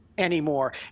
anymore